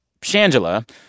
Shangela